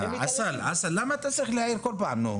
אסל, למה אתה צריך להעיר כל פעם?